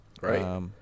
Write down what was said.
Right